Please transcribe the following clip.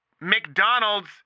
McDonald's